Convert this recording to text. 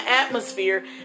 atmosphere